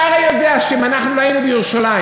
אתה הרי יודע שאם אנחנו לא היינו בירושלים,